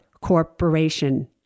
corporation